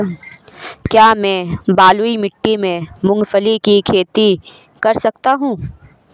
क्या मैं बलुई मिट्टी में मूंगफली की खेती कर सकता हूँ?